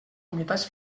humitats